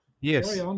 Yes